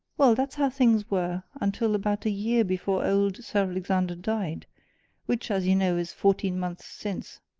well, that's how things were until about a year before old sir alexander died which, as you know, is fourteen months since.